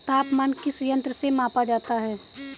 तापमान किस यंत्र से मापा जाता है?